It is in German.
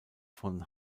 von